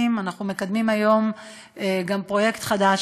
אנחנו מקדמים היום גם פרויקט חדש,